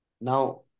Now